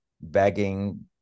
begging